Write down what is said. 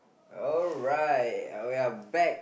alright uh we are back